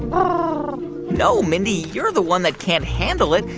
um ah no, mindy. you're the one that can't handle it.